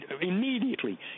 immediately